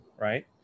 right